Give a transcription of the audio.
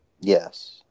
yes